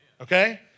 Okay